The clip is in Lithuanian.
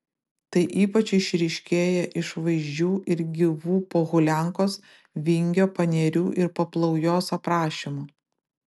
tai ypač išryškėja iš vaizdžių ir gyvų pohuliankos vingio panerių ir paplaujos aprašymų